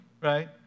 right